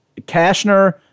Kashner